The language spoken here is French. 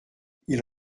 ils